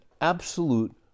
absolute